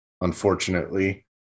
unfortunately